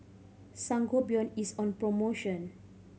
Sangobion is on promotion